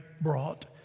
brought